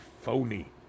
phony